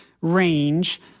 range